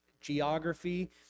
geography